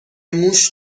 موش